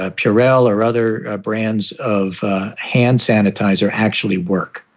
ah cherelle or other ah brands of hand sanitizer actually work.